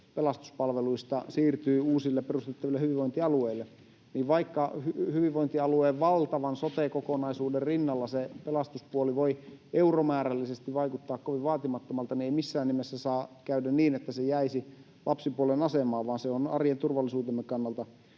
pelastuspalveluista siirtyy uusille perustettaville hyvinvointialueille — niin vaikka hyvinvointialueen valtavan sote-kokonaisuuden rinnalla se pelastuspuoli voi euromäärällisesti vaikuttaa kovin vaatimattomalta, niin ei missään nimessä saa käydä niin, että se jäisi lapsipuolen asemaan, vaan se on arjen turvallisuutemme kannalta